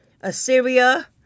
Assyria